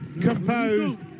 composed